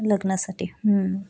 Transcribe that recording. लग्नासाठी